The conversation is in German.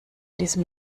diesem